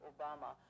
Obama